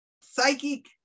psychic